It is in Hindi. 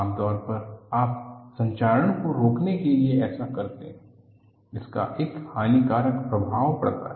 आम तौर पर आप संक्षारण को रोकने के लिए ऐसा करते हैं उनका एक हानिकारक प्रभाव पड़ता है